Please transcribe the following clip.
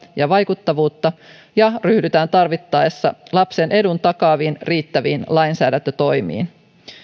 ja vaikuttavuutta ja ryhdytään tarvittaessa lapsen edun takaaviin riittäviin lainsäädäntötoimiin